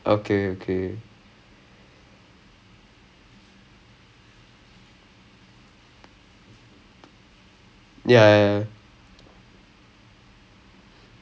like I feel like Pongal இதுலே:pongal ithulae like when we did the pongal thing right I think like I contributed a lot like behind rather than my actual acting or like